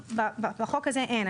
בחוק הזה אין,